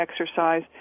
exercise